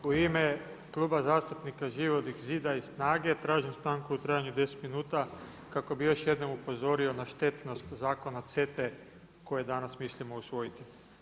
U ime Kluba zastupnika Živog zida i SNAGA-e tražim stanku u trajanju 10 minuta kako bih još jednom upozorio na štetnost Zakona CETA-e koje danas mislimo usvojiti.